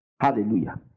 hallelujah